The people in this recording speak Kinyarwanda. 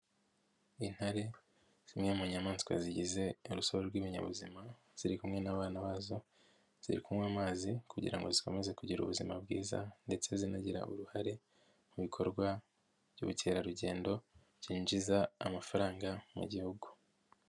Intare zimwe mu nyamaswa zigize urusobe rw'ibinyabuzima, ziri kumwe n'abana bazo, ziri kunywa amazi kugira ngo zikomeze kugira ubuzima bwiza ndetse zinagira uruhare mu bikorwa by'ubukerarugendo, byinjiza amafaranga mu gihugu.